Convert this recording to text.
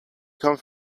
come